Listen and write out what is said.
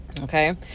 okay